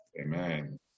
Amen